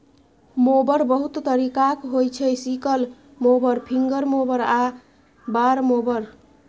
mower बहुत तरीकाक होइ छै सिकल मोबर, फिंगर मोबर आ बार मोबर